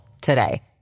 today